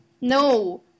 No